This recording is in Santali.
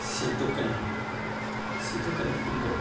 ᱥᱤᱫᱩᱼᱠᱟᱹᱱᱦᱩ ᱥᱤᱫᱩᱼᱠᱟᱹᱱᱦᱩ ᱛᱟᱹᱠᱤᱱ ᱫᱚ